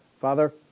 Father